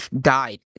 died